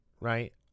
right